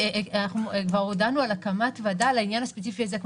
אנחנו כבר הודענו על הקמת ועדה על העניין הספציפי הזה.